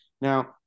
Now